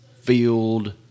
field